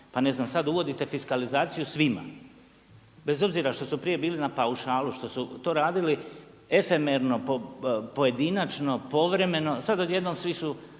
pa ne znam sad uvodite fiskalizaciju svima bez obzira što su prije bili na paušalu, što su to radili efemerno pojedinačno, povremeno. Sad odjednom svi su,